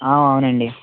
అవునండి